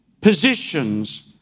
positions